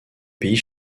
pays